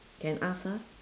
can ask her